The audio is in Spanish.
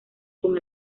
con